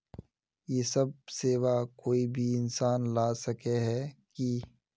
इ सब सेवा कोई भी इंसान ला सके है की?